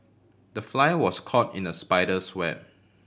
the fly was caught in the spider's web